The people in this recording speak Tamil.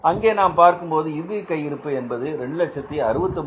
அங்கே நாம் பார்க்கும்போது இறுதி கையிருப்பு என்பது 269375 வந்தது